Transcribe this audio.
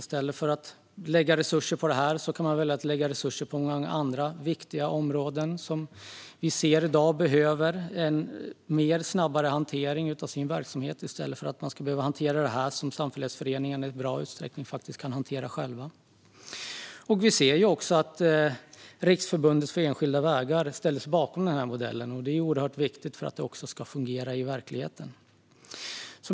I stället för att lägga resurser på det här kan man välja att lägga resurser på andra viktiga områden som i dag behöver en snabbare hantering av sin verksamhet. Det som Lantmäteriet hanterar kan samfällighetsföreningarna i stor utsträckning hantera själva. Riksförbundet Enskilda Vägar ställer sig bakom den här modellen, vilket är oerhört viktigt för att det ska fungera i verkligheten.